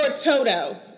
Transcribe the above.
Toto